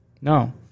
No